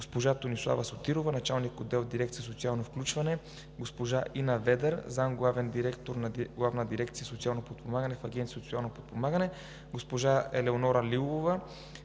госпожа Тонислава Сотирова – началник на отдел в дирекция „Социално включване“, госпожа Инна Ведър – заместник-главен директор на Главна дирекция „Социално подпомагане“ в Агенция „Социално подпомагане“, госпожа Елеонора Лилова